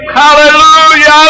hallelujah